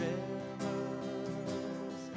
Rivers